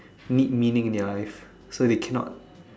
need meaning in their life so they cannot